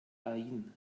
ain